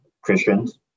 Christians